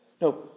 No